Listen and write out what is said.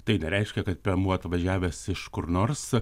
tai nereiškia kad piemuo atvažiavęs iš kur nors